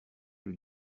lui